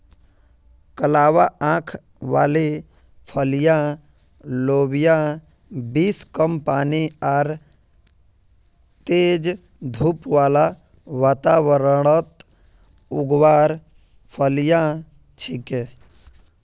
कलवा आंख वाली फलियाँ लोबिया बींस कम पानी आर तेज धूप बाला वातावरणत उगवार फलियां छिके